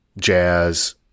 jazz